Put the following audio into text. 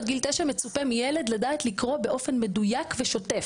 עד גיל תשע מצופה מילד לדעת לקרוא באופן מדויק ושוטף,